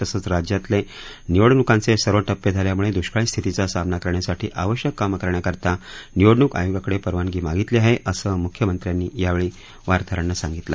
तसंच राज्यातले निवडणुकांचे सर्व टप्पे झाल्यामुळे दुष्काळी स्थितीचा सामना करण्यासाठी आवश्यक कामं करण्याकरिता निवडणूक आयोगाकडे परवानगी मागितली आहे असं मुख्यमंत्र्यांनी यावेळी वार्ताहरांना सांगितलं